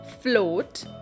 float